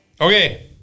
Okay